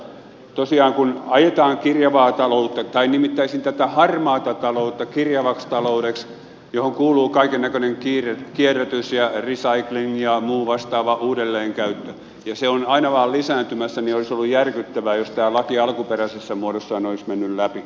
mutta tosiaan kun ajetaan kirjavaa taloutta tai nimittäisin tätä harmaata taloutta kirjavaksi taloudeksi johon kuuluu kaiken näköinen kierrätys ja recycling ja muu vastaava uudelleenkäyttö ja se on aina vain lisääntymässä niin olisi ollut järkyttävää jos tämä laki alkuperäisessä muodossaan olisi mennyt läpi